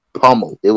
pummeled